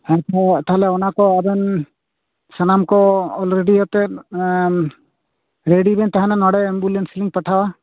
ᱟᱪᱪᱷᱟ ᱛᱟᱦᱚᱞᱮ ᱚᱱᱟᱠᱚ ᱟᱵᱮᱱ ᱥᱟᱱᱟᱢ ᱠᱚ ᱨᱮᱰᱤᱭᱟᱛᱮ ᱨᱮᱰᱤᱵᱮᱱ ᱛᱟᱦᱮᱱᱟ ᱱᱚᱰᱮ ᱮᱢᱵᱩᱞᱮᱱᱥ ᱞᱤᱧ ᱯᱟᱴᱷᱟᱣᱟ